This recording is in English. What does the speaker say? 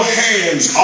hands